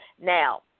Now